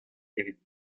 evit